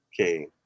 Okay